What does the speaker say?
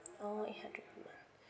oo eight hundred per month